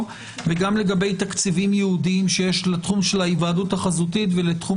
וגם לגבי תקציבים ייעודיים שיש לתחום של ההיוועדות החזותית ולתחום